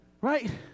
Right